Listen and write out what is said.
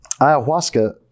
Ayahuasca